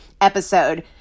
episode